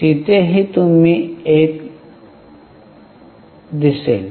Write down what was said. तिथेही तुम्हाला एक दिसेल